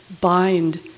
bind